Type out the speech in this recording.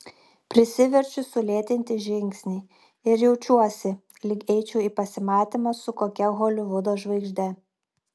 prisiverčiu sulėtinti žingsnį ir jaučiuosi lyg eičiau į pasimatymą su kokia holivudo žvaigžde